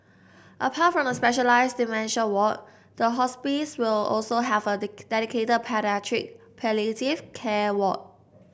apart from the specialised dementia ward the hospice will also have a dedicated paediatric palliative care ward